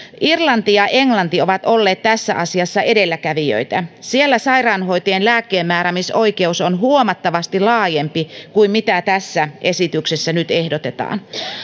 irlanti ja englanti ovat olleet tässä asiassa edelläkävijöitä siellä sairaanhoitajien lääkkeenmääräämisoikeus on huomattavasti laajempi kuin tässä esityksessä nyt ehdotetaan